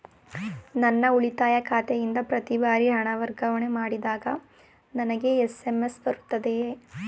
ನನ್ನ ಉಳಿತಾಯ ಖಾತೆಯಿಂದ ಪ್ರತಿ ಬಾರಿ ಹಣ ವರ್ಗಾವಣೆ ಮಾಡಿದಾಗ ನನಗೆ ಎಸ್.ಎಂ.ಎಸ್ ಬರುತ್ತದೆಯೇ?